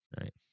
right